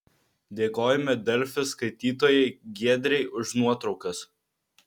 dėkojame delfi skaitytojai giedrei už nuotraukas